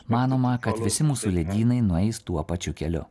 manoma kad visi mūsų ledynai nueis tuo pačiu keliu